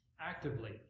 actively